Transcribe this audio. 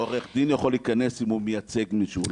עורך דין יכול להיכנס אם הוא מייצג מישהו,